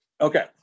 Okay